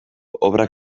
obrak